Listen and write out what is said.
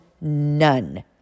none